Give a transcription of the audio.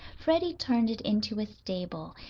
freddie turned it into a stable,